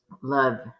love